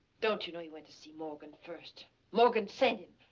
don't you know he went to see morgan first? morgan sent him.